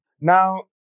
Now